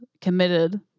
committed